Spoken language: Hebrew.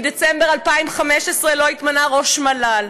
מדצמבר 2015 לא התמנה ראש מל"ל.